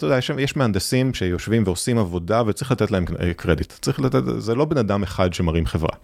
כל ה…, יש מהנדסים שיושבים ועושים עבודה וצריך לתת להם קרדיט צריך לתת זה לא בנאדם אחד שמרים חברה.